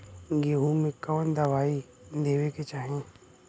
गेहूँ मे कवन दवाई देवे के चाही?